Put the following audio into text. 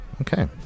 Okay